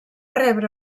rebre